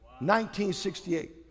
1968